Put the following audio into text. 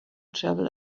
travel